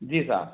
जी साहब